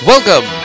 Welcome